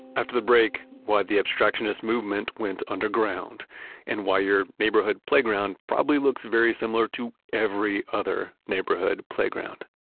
after the break, why the abstractionist movement went underground and why your neighborhood playground probably looks very similar to every other neighborhood playground.